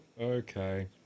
Okay